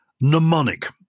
mnemonic